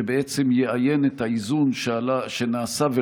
שבעצם יאיין את האיזון שנעשה בתקנון,